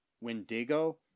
Wendigo